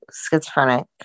Schizophrenic